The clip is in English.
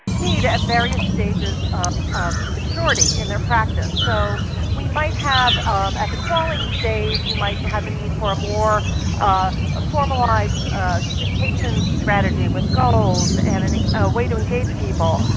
need at various stages of maturity in their practice. so we might have at the crawling stage, you might have a need for a more ah formalized communication strategy with goals, and and a way to engage people.